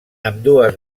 ambdues